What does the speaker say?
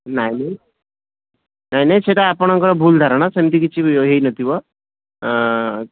ନାହିଁ ନାହିଁ ସେଇଟା ଆପଣଙ୍କର ଭୁଲ୍ ଧାରଣା ସେମିତି କିଛି ହେଇ ନଥିବ